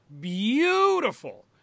Beautiful